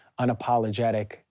unapologetic